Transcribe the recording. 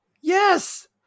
Yes